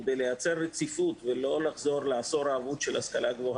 כדי לייצר רציפות ולא לחזור לעשור האבוד של השכלה גבוה